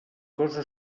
cosa